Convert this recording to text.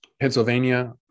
Pennsylvania